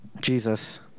Jesus